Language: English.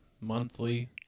monthly